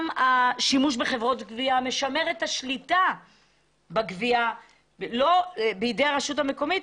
השימוש בחברות הגבייה משמר את השליטה בגבייה בידי הרשות המקומית,